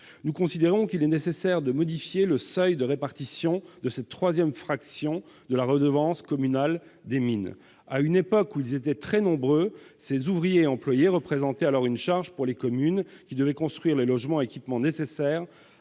Nous considérons qu'il est nécessaire de modifier le seuil de répartition de cette troisième fraction de la redevance communale des mines. À une époque où ils étaient très nombreux, ces ouvriers et employés représentaient alors une charge pour les communes, qui devaient construire les logements et équipements nécessaires